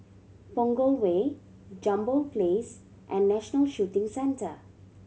Punggol Way Jambol Place and National Shooting Centre